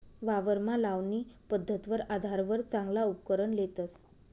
वावरमा लावणी पध्दतवर आधारवर चांगला उपकरण लेतस